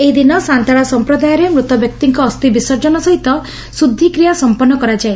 ଏହି ଦିନ ସାନ୍ତାଳ ସଂପ୍ରଦାୟରେ ମୃତବ୍ୟକ୍ତିଙ୍କ ଅସ୍ଚି ବିସର୍ଜନ ସହିତ ଶୁଦ୍ଧିକ୍ରିୟା ସଂପନ୍ନ କରାଯାଏ